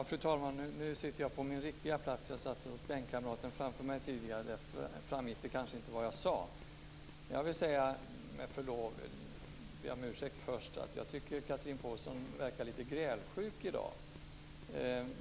Fru talman! Om jag får be om ursäkt först vill jag säga att jag tycker att Chatrine Pålsson verkar lite grälsjuk i dag.